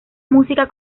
música